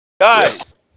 Guys